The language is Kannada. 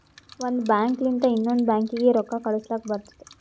ಒಂದ್ ಬ್ಯಾಂಕ್ ಲಿಂತ ಇನ್ನೊಂದು ಬ್ಯಾಂಕೀಗಿ ರೊಕ್ಕಾ ಕಳುಸ್ಲಕ್ ಬರ್ತುದ